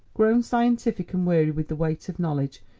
grown scientific and weary with the weight of knowledge,